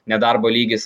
nedarbo lygis